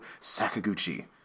Sakaguchi